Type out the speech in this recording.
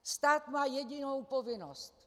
Stát má jedinou povinnost.